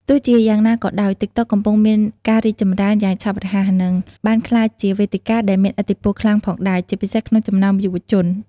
ទោះជាយ៉ាងណាក៏ដោយ ទីកតុ កំពុងមានការរីកចម្រើនយ៉ាងឆាប់រហ័ស និងបានក្លាយជាវេទិកាដែលមានឥទ្ធិពលខ្លាំងផងដែរ ជាពិសេសក្នុងចំណោមយុវជន។